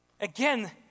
again